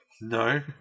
No